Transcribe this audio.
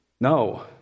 No